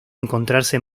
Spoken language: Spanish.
encontrarse